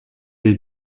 les